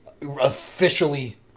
officially